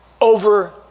over